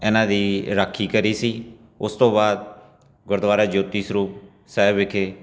ਇਹਨਾਂ ਦੀ ਰਾਖੀ ਕਰੀ ਸੀ ਉਸ ਤੋਂ ਬਾਅਦ ਗੁਰਦੁਆਰਾ ਜੋਤੀ ਸਰੂਪ ਸਾਹਿਬ ਵਿਖੇ